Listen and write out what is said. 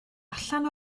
allan